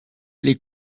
les